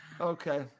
Okay